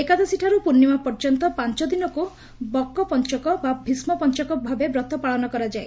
ଏକାଦଶୀଠାର୍ ପ୍ରର୍ଷିମା ପର୍ଯ୍ୟନ୍ତ ପାଞ୍ଚଦିନକୁ ବକ ପଞ୍ଚକ ବା ଭୀଷ୍କପଅକ ଭାବେ ବ୍ରତ ପାଳନ କରାଯାଏ